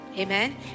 Amen